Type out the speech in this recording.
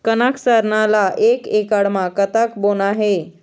कनक सरना ला एक एकड़ म कतक बोना हे?